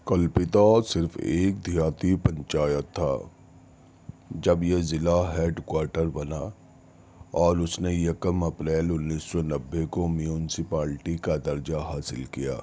کلپیتا صرف ایک دیہاتی پنچایت تھا جب یہ ضلع ہیڈ کواٹر بنا اور اس نے یکم اپریل انیس سو نبے کو میونسپالٹی کا درجہ حاصل کیا